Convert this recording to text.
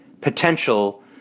potential